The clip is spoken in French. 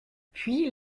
puis